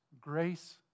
Grace